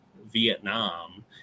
Vietnam